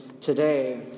today